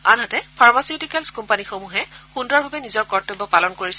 আনহাতে ফাৰ্মচীটিকেলছ কোম্পানীসমূহে সুন্দৰভাৱে নিজৰ কৰ্তব্য পালন কৰিছে